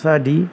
ਸਾਡੀ